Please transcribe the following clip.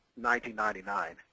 1999